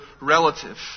relative